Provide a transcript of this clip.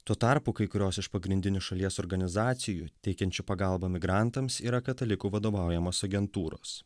tuo tarpu kai kurios iš pagrindinių šalies organizacijų teikiančių pagalbą migrantams yra katalikų vadovaujamos agentūros